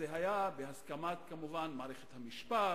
זה היה כמובן בהסכמת מערכת המשפט,